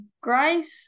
grace